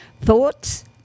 Thoughts